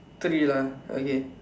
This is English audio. three lah okay